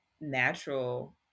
natural